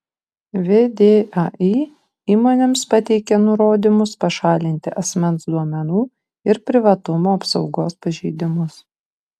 vdai įmonėms pateikė nurodymus pašalinti asmens duomenų ir privatumo apsaugos pažeidimus